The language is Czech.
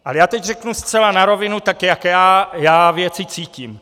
Ale já teď řeknu zcela na rovinu, tak jak já věci cítím.